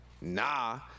nah